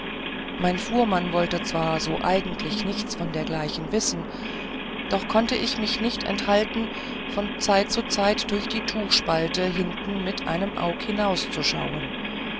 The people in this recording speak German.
mein fuhrmann wollte zwar so eigentlich nichts von dergleichen wissen doch konnte ich mich nicht enthalten von zeit zu zeit durch die tuchspalte hinten mit einem aug hinauszuschauen